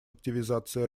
активизации